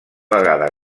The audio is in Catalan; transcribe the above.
vegada